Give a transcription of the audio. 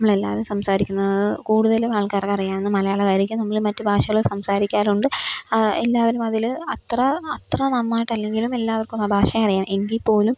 നമ്മളെല്ലാവരും സംസാരിക്കുന്നത് കൂടുതലും ആള്ക്കാര്ക്കറിയാവുന്ന മലയാളമായിരിക്കും നമ്മൾ മറ്റു ഭാഷകളും സംസാരിക്കാറുണ്ട് എല്ലാവരും അതിൽ അത്ര അത്ര നന്നായിട്ടല്ലെങ്കിലും എല്ലാവര്ക്കും ആ ഭാഷ അറിയാം എങ്കിൽപ്പോലും